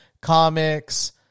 Comics